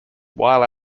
while